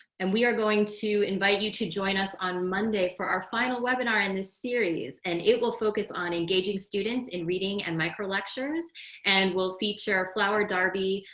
and we are going to invite you to join us on monday for our final webinar in the series, and it will focus on engaging students in reading and micro lectures and we'll feature flower darby,